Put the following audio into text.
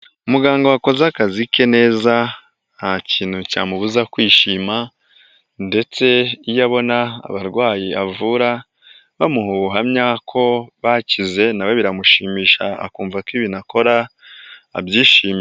Umuganga wakoze akazi ke neza nta kintu cyamubuza kwishima ndetse iyo abona abarwayi avura bamuha ubuhamya ko bakize, nawe biramushimisha akumva ko ibintu akora abyishimiye.